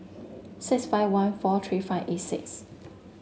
six five one four three five eight six